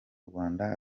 rwanda